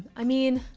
i mean.